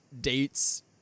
dates